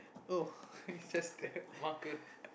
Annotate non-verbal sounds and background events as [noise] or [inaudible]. oh [laughs] just that marker